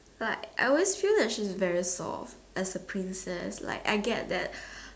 like I always feel that she's very soft as a princess like I get that